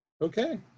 Okay